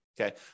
okay